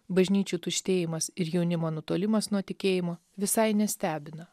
bažnyčių tuštėjimas ir jaunimo nutolimas nuo tikėjimo visai nestebina